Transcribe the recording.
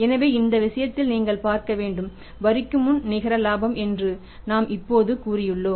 எனவே இந்த விஷயத்தில் நீங்கள் பார்க்க வேண்டும் வரிக்கு முன் நிகர லாபம் என்று நாம் இப்போது கூறியுள்ளோம்